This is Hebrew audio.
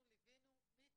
אנחנו ליווינו את החוק,